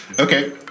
Okay